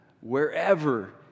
wherever